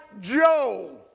Joe